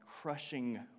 crushing